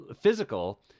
Physical